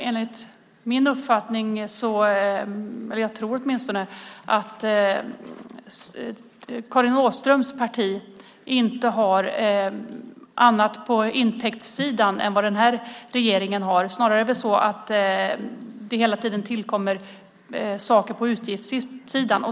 Enligt min uppfattning, eller jag tror det åtminstone, har Karin Åströms parti inget annat på intäktssidan än vad den här regeringen har. Snarare är det väl så att det hela tiden tillkommer saker på utgiftssidan.